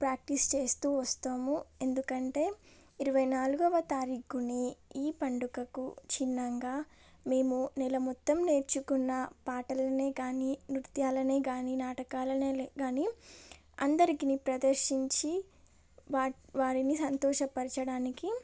practice చేస్తూ వస్తాము ఎందుకంటే ఇరవై నాల్గవ తారీఖుని ఈ పండగకు చిహ్నంగా మేము నెల మొత్తం నేర్చుకున్న పాటలనే కానీ నృత్యాలనే కానీ నాటకాలనే కానీ అందరికీని ప్రదర్శించి వా వారిని సంతోషపరచడానికి